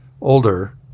older